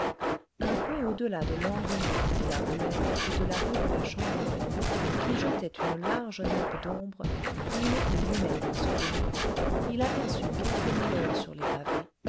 un peu au delà de l'angle noir de la ruelle et de la rue de la chanvrerie qui jetait une large nappe d'ombre où il était lui-même enseveli il aperçut quelque lueur sur les pavés